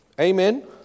Amen